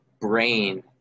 brain